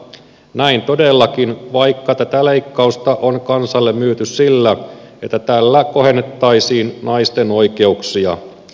näin todellakin vaikka tätä leikkausta on kansalle myyty sillä että tällä kohennettaisiin naisten oikeuksia